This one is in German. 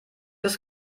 des